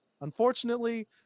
Unfortunately